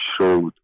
showed